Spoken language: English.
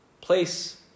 place